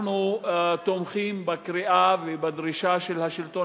אנחנו תומכים בקריאה ובדרישה של השלטון